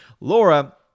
Laura